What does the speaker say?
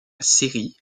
série